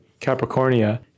Capricornia